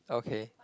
okay